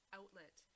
outlet